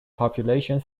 population